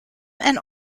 and